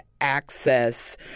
access